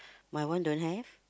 my one don't have